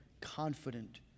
confident